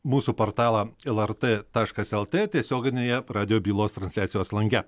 mūsų portalą lrt taškas lt tiesioginėje radijo bylos transliacijos lange